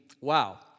Wow